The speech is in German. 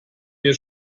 mir